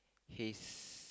his